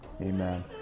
amen